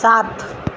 सात